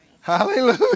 Hallelujah